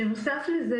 בנוסף לזה,